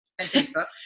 Facebook